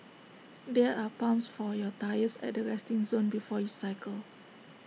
there are pumps for your tyres at the resting zone before you cycle